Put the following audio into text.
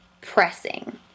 pressing